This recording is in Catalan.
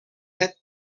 set